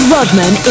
Rodman